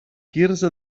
quirze